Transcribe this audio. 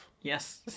Yes